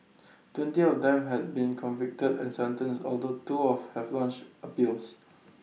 twenty of them have been convicted and sentenced although two have launched appeals